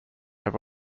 have